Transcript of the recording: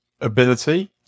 ability